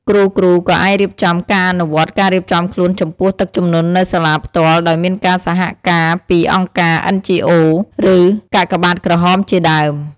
គ្រូៗក៏អាចរៀបចំការអនុវត្តការរៀបចំខ្លួនចំពោះទឹកជំនន់នៅសាលាផ្ទាល់ដោយមានការសហការពី អង្គការ NGO ឬ កាកបាទក្រហមជាដើម។